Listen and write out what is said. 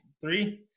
Three